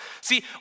See